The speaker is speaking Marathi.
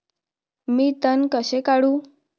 मी तण कसे काढू?